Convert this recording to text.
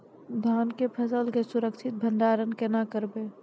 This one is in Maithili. धान के फसल के सुरक्षित भंडारण केना करबै?